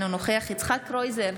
אינו נוכח יצחק קרויזר,